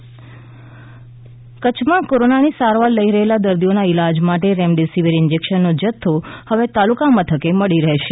ક ચછ કચ્છમાં કોરોનાની સારવાર લઈ રહેલા દર્દીઓના ઈલાજ માટે રેમડેસિવીર ઈન્જેકશનનો જથ્થો હવે તાલુકા મથકે મળી રહેશે